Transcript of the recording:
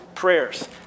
prayers